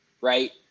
right